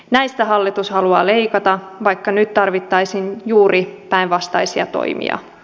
näistä hallitus haluaa leikata vaikka nyt tarvittaisiin juuri päinvastaisia toimia